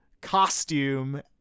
costume